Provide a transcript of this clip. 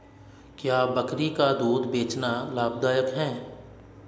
क्या बकरी का दूध बेचना लाभदायक है?